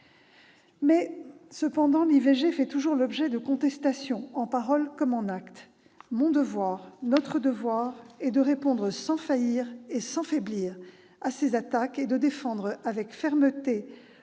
Cependant, l'IVG fait toujours l'objet de contestations, en paroles comme en actes. Mon devoir, notre devoir, est de répondre sans faillir et sans faiblir à ces attaques, et de défendre avec fermeté,